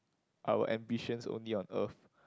our ambitions only on Earth